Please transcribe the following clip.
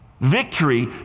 Victory